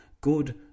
good